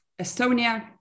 estonia